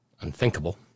unthinkable